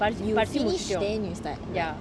you must finish then you start